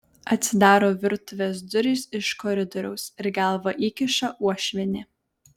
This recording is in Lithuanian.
atsidaro virtuvės durys iš koridoriaus ir galvą įkiša uošvienė